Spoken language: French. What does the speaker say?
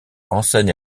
enseigne